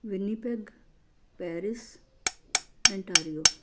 Winnipeg Paris Ontario